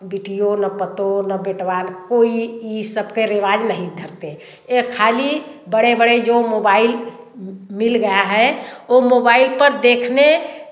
बिटियों न पतों न बेटवाल कोई ई सबके रिवाज नहीं धरते ए ख़ाली बड़े बड़े जो मोबाइल मिल गया हए ओ मोबाइल पर देखने